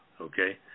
okay